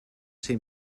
ser